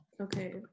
Okay